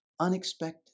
unexpected